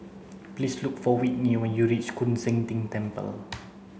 please look for Whitney when you reach Koon Seng Ting Temple